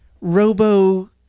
Robo